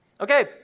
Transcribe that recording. Okay